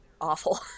awful